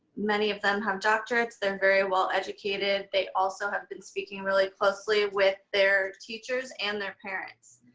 many of them have doctorates, they're very well educated. they also have been speaking really closely with their teachers and their parents.